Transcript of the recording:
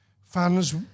fans